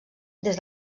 des